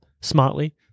smartly